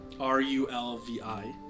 R-U-L-V-I